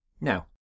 Now